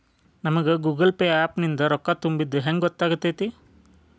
ನಮಗ Google Pay app ನಿಂದ ರೊಕ್ಕಾ ತುಂಬಿದ್ದ ಹೆಂಗ್ ಗೊತ್ತ್ ಆಗತೈತಿ?